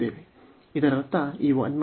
ಇದರರ್ಥ ಈ 1 x dy ನ ಒಳಗಿನ ನಂತರ